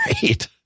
great